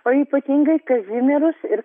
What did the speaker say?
o ypatingai kazimierus ir